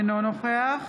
אינו נוכח